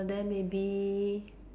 then maybe